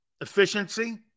efficiency